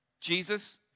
Jesus